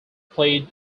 played